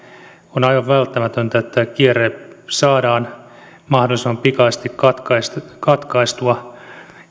on aivan välttämätöntä että tämä kierre saadaan mahdollisimman pikaisesti katkaistua katkaistua